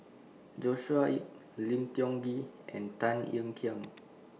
Joshua Ip Lim Tiong Ghee and Tan Ean Kiam